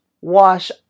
wash